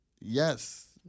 Yes